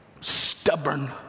stubborn